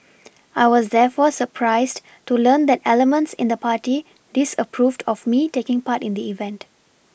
I was therefore surprised to learn that elements in the party disapproved of me taking part in the event